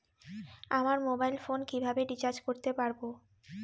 আমার mobile phone কিভাবে recharge করতে পারব?